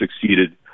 succeeded